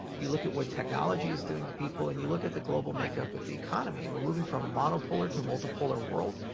you look at what technology is doing to people, and you look at the global makeup of the economy, and we're moving from a mono-polar to a multi-polar world.